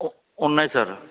ఉన్నాయి సారు